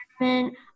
environment